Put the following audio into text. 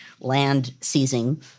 land-seizing